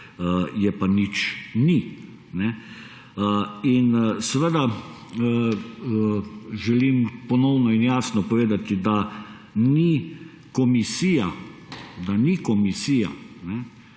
je pa nič ni. Seveda želim ponovno in jasno povedati, da ni komisija, da ni komisija